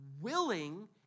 willing